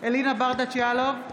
אלינה ברדץ' יאלוב,